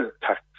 tax